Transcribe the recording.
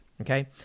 Okay